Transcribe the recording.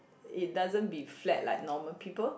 it's doesn't be flat like normal people